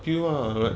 appeal correct